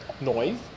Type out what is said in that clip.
noise